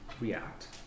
react